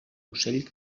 ocell